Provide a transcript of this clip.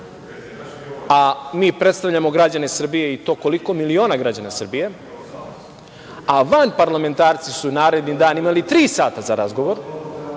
a mi predstavljamo građane Srbije, i to koliko miliona građana Srbije, a vanparlamentarci su narednog dana imali tri sata za razgovor,